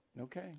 Okay